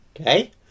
okay